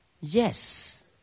Yes